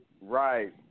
right